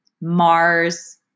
Mars